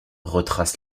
retrace